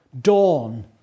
dawn